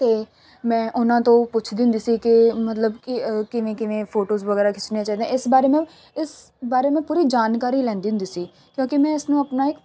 ਅਤੇ ਮੈਂ ਉਹਨਾਂ ਤੋਂ ਪੁੱਛਦੀ ਹੁੰਦੀ ਸੀ ਕਿ ਮਤਲਬ ਕਿ ਕਿਵੇਂ ਕਿਵੇਂ ਫੋਟੋਜ਼ ਵਗੈਰਾ ਖਿੱਚਣੀਆਂ ਚਾਹੀਦੀਆਂ ਇਸ ਬਾਰੇ ਮੈਂ ਇਸ ਬਾਰੇ ਮੈਂ ਪੂਰੀ ਜਾਣਕਾਰੀ ਲੈਂਦੀ ਹੁੰਦੀ ਸੀ ਕਿਉਂਕਿ ਮੈਂ ਇਸ ਨੂੰ ਆਪਣਾ ਇੱਕ